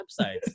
websites